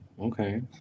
Okay